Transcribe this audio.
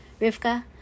Rivka